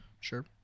Sure